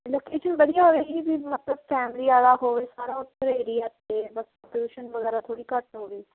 location ਵਧੀਆ ਹੋਵੇ ਜੀ ਵੀ ਮਤਲਬ ਫੈਮਲੀ ਵਾਲਾ ਹੋਵੇ ਸਾਰਾ ਉੱਥੇ ਏਰਿਯਾ ਅਤੇ ਬਸ ਪੋਲੂਉਸਨ ਵਗੈਰਾ ਥੋੜ੍ਹੀ ਘੱਟ ਹੋਵੇ